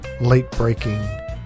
late-breaking